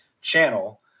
channel